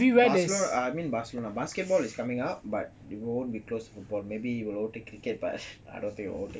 barce I mean barcelona basketball is coming up but won't be close to football maybe it will overtake cricket but I don't think will overtake